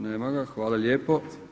Nema ga, hvala lijepo.